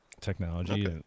technology